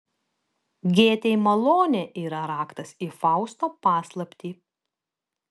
gėtei malonė yra raktas į fausto paslaptį